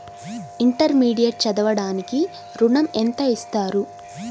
Intermediate చదవడానికి ఋణం ఎంత ఇస్తారు?